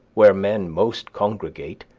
where men most congregate,